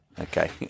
Okay